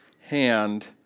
hand